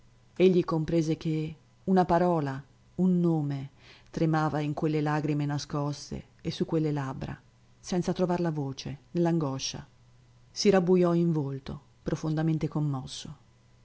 egli comprese che una parola un nome tremava in quelle lagrime nascoste e su quelle labbra senza trovar la voce nell'angoscia si rabbujò in volto profondamente commosso